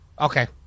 Okay